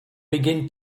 begin